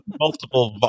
multiple